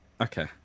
okay